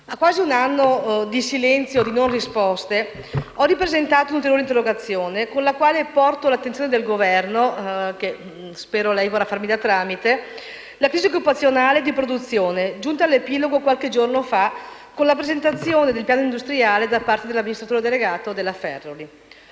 A quasi un anno di silenzio e non risposte, ho presentato un'interrogazione con la quale porto all'attenzione del Governo - spero lei mi farà da tramite - la crisi occupazionale e di produzione, giunta all'epilogo qualche giorno fa con la presentazione del piano industriale da parte dell'amministratore delegato della Ferroli.